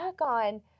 on